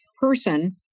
person